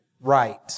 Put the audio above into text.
right